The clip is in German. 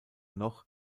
noch